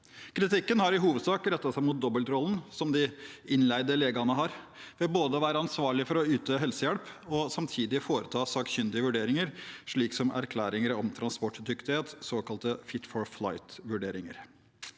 Kritikken har i hovedsak rettet seg mot dobbeltrollen som de innleide legene har, ved at de både er ansvarlige for å yte helsehjelp og samtidig foretar sakkyndige vurderinger, slik som erklæringer om transportdyktighet, såkalte «fit for flight»-vurderinger.